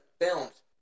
films